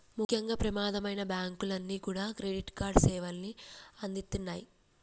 ముఖ్యంగా ప్రమాదమైనా బ్యేంకులన్నీ కూడా క్రెడిట్ కార్డు సేవల్ని అందిత్తన్నాయి